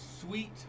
sweet